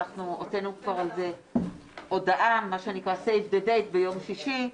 הוצאנו על זה הודעה כבר ביום שישי,